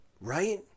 Right